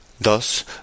Thus